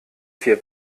vier